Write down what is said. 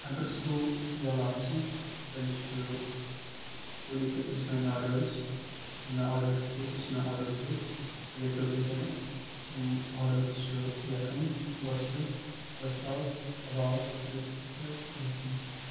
اگر سُہ ییٚلہٕ آسہِ تیٚلہِ چھُ تُہۍ لیٚکھِو تیٚلہِ سٲنۍ آرڈٲرٕس یِم مےٚ آرڈٲرٕس دِتۍ یُس مےٚ آرڈَر دیُت سُہ لیٚکھِو تُہۍ تیٚلہِ تِم آرڈٲرٕس چھِ یکھٕنۍ گۄشتہٕ گۄشتاب کباب رِستہٕ تہٕ یکھٕنۍ